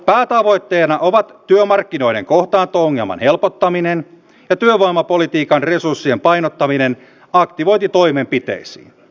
päätavoitteena ovat työmarkkinoiden kohtaanto ongelman helpottaminen ja työvoimapolitiikan resurssien painottaminen aktivointitoimenpiteisiin